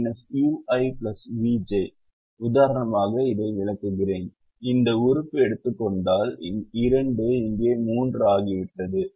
உதாரணமாக இதை விளக்குகிறேன் இந்த உறுப்பை எடுத்துக் கொண்டால் 2 இங்கே 3 ஆகிவிட்டது